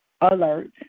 alert